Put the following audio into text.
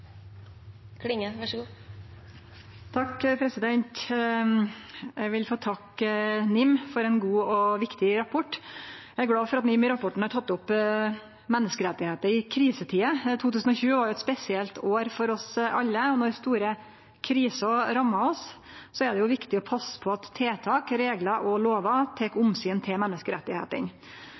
Eg vil få takke NIM for ein god og viktig rapport. Eg er glad for at NIM i rapporten har teke opp menneskerettar i krisetider. 2020 var eit spesielt år for oss alle, og når store kriser rammar oss, er det viktig å passe på at tiltak, reglar og lover tek omsyn til